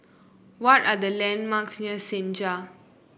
what are the landmarks near Senja